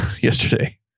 Yesterday